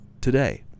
today